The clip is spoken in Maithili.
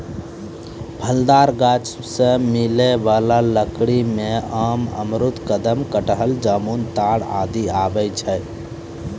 फलदार गाछ सें मिलै वाला लकड़ी में आम, अमरूद, कदम, कटहल, जामुन, ताड़ आदि आवै छै